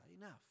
enough